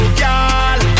girl